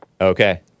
Okay